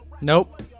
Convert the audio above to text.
Nope